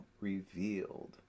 revealed